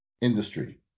industry